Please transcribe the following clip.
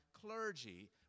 clergy